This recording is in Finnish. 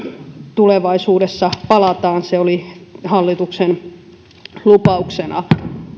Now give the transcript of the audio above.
tulevaisuudessa palataan se oli hallituksen lupauksena